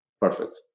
perfect